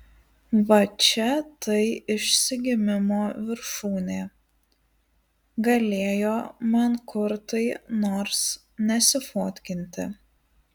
va čia tai išsigimimo viršūnė galėjo mankurtai nors nesifotkinti